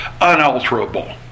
unalterable